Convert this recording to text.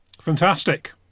fantastic